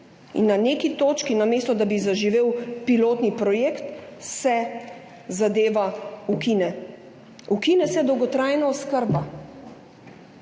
in na neki točki, namesto da bi zaživel pilotni projekt, se zadeva ukine. Ukine se dolgotrajna oskrba.